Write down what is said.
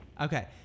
Okay